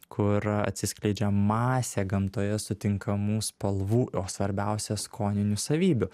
kur atsiskleidžia masė gamtoje sutinkamų spalvų o svarbiausia skoninių savybių